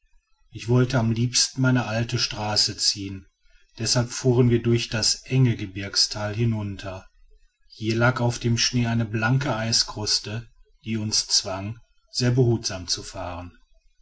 ich wollte am liebsten meine alte straße ziehen deshalb fuhren wir durch das enge gebirgstal hinunter hier lag auf dem schnee eine blanke eiskruste die uns zwang sehr behutsam zu fahren